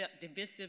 divisive